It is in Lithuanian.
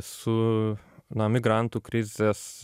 su na migrantų krizės